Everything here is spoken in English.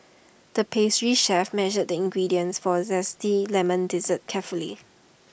the pastry chef measured the ingredients for A Zesty Lemon Dessert carefully